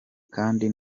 kandi